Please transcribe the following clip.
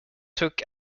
took